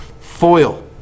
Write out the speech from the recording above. foil